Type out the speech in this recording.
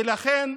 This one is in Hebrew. ולכן,